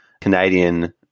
Canadian